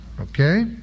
Okay